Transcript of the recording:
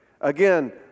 Again